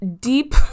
deep